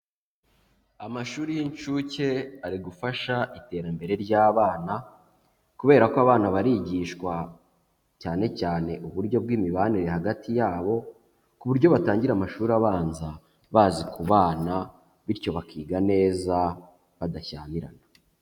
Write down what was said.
Amashuri y'incuke ari gufasha iterambere ry'abana, kubera ko abana barigishwa cyane cyane uburyo bw'imibanire hagati yabo, ku buryo batangira amashuri abanza bazi kubana, bityo bakiga neza badashyamirana.